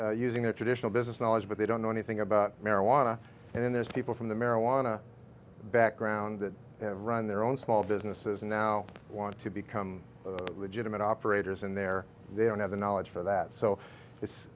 business using their traditional business knowledge but they don't know anything about marijuana and there's people from the marijuana background that have run their own small businesses and now want to become legitimate operators and there they don't have the knowledge for that so it's